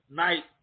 night